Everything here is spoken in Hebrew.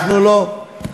אנחנו לא.